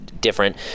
different